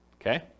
okay